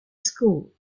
school